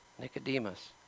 Nicodemus